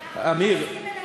אומר, לא מסכימים, אבל מעריכים.